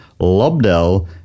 Lobdell